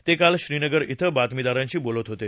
ते काल श्रीनगर डिं बातमीदारांशी बोलत होते